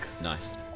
Nice